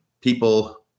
people